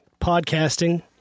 podcasting